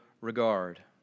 regard